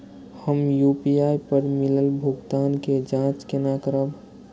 हम यू.पी.आई पर मिलल भुगतान के जाँच केना करब?